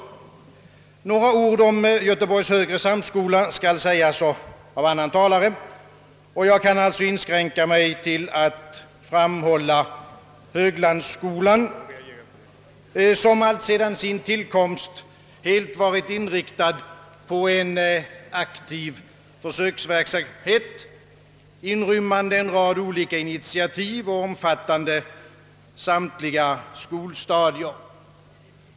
Några ord om Göteborgs högre samskola skall sägas av annan talare, och jag kan alltså inskränka mig till att behandla Höglandsskolan, som alltsedan sin tillkomst helt varit inriktad på en aktiv försöksverksamhet, inrymmande en rad olika initiativ och omfattande samtliga skolstadier.